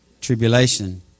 tribulation